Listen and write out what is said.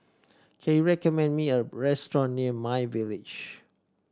can you recommend me a restaurant near my Village